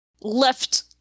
left